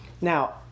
Now